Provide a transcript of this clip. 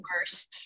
worse